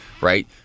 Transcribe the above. right